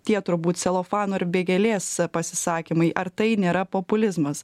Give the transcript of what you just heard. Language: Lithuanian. tie turbūt celofano ir vėgėlės pasisakymai ar tai nėra populizmas